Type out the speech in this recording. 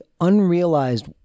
unrealized